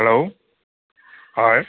hello হয়